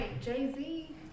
Jay-Z